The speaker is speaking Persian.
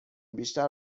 بیشتر